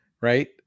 right